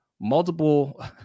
multiple